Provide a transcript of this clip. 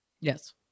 Yes